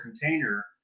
container